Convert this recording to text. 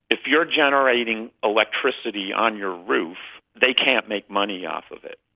if you are generating electricity on your roof, they can't make money off of it.